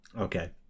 Okay